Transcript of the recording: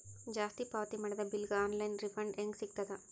ಜಾಸ್ತಿ ಪಾವತಿ ಮಾಡಿದ ಬಿಲ್ ಗ ಆನ್ ಲೈನ್ ರಿಫಂಡ ಹೇಂಗ ಸಿಗತದ?